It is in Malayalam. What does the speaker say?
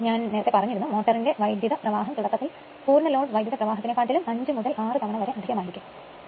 ഞാൻ പറഞ്ഞിരുന്നു മോട്ടോറിന്റെ വൈദ്യുത പ്രവാഹം തുടക്കത്തിൽ പൂർണ്ണ ലോഡ് വൈദ്യുത പ്രവാഹത്തിനെ കാട്ടിലും 5 മുതൽ 6 തവണ അധികം ആയിരിക്കും എന്ന്